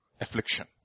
affliction